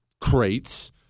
crates